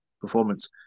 performance